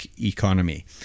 economy